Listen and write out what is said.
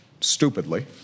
stupidly